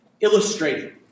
illustrated